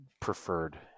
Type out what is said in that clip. preferred